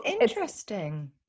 interesting